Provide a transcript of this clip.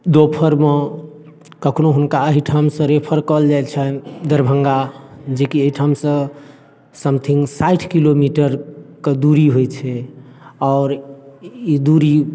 दोपहर मे कखनो हुनका एहि ठामसऽ रेफर कयल जाइ छनि दरभंगा जेकि एहिठाम सऽ समथिंग साठि किलोमीटर के दूरी होइ छै आओर ई दूरी